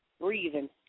breathing